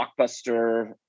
blockbuster